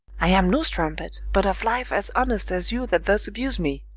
i am no strumpet, but of life as honest as you that thus abuse me.